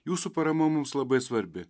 jūsų parama mums labai svarbi